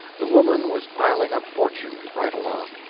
the woman was piling up fortunes right along,